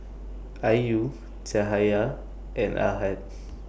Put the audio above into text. Ayu Cahaya and Ahad